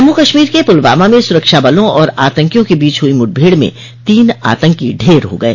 जम्मू कश्मीर के पुलवामा में सुरक्षाबलों और आतंकियों के बीच हुई मुठभेड़ में तीन आतंकी ढेर हो गये